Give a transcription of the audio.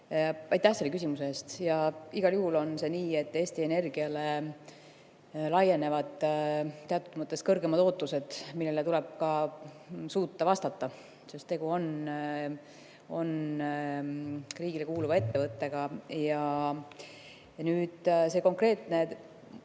aitäh selle küsimuse eest! Igal juhul on see nii, et Eesti Energiale laienevad teatud mõttes kõrgemad ootused, millele tuleb suuta vastata, sest tegu on riigile kuuluva ettevõttega. See konkreetne,